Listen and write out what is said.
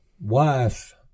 wife